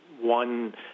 one